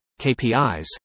KPIs